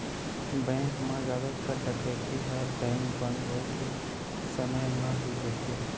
bank म जादातर डकैती ह बेंक बंद होए के समे म ही होथे